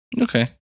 Okay